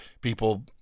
people